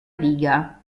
liga